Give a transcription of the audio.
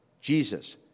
Jesus